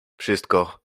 wszystko